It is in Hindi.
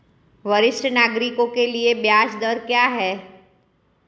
वरिष्ठ नागरिकों के लिए ब्याज दर क्या हैं?